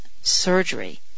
surgery